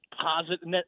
positive